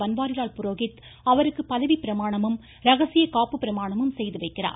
பன்வாரிலால் புரோஹித் அவருக்கு பதவிப்பிரமாணமும் ரகசிய காப்பு பிரமாணமும் செய்து வைக்கிறார்